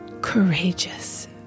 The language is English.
courageous